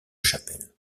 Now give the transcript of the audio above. chapelles